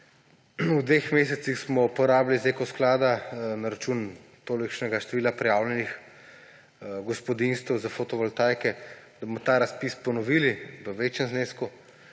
V dveh mesecih smo porabili iz Eko sklada na račun tolikšnega števila prijavljenih gospodinjstev za fotovoltaiko, tako da bomo ta razpis ponovili v večjem znesku.